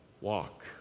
walk